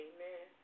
Amen